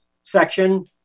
section